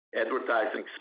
Advertising